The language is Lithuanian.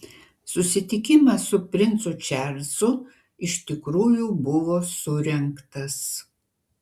susitikimas su princu čarlzu iš tikrųjų buvo surengtas